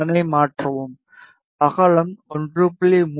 அதனை மாற்றவும் அகலம் 1